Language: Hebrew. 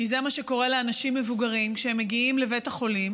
כי זה מה שקורה לאנשים מבוגרים: כשהם מגיעים לבית החולים